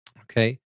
Okay